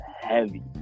heavy